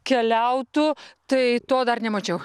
keliautų tai to dar nemačiau